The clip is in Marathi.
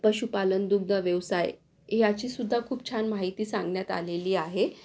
पशुपालन दुग्धव्यवसाय याचीसुद्धा खूप छान माहिती सांगण्यात आलेली आहे